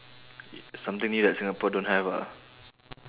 something new that singapore don't have ah